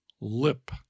Lip